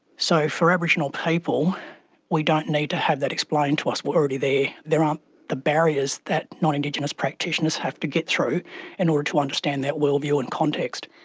so, for aboriginal people we don't need to have that explained to us, we are already there, there aren't the barriers that non-indigenous practitioners have to get through in order to understand that worldview and context.